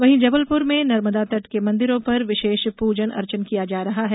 वहीं जबलपुर में नर्मदा तट के मंदिरों पर विशेष पूजन अर्चन किया जा रहा है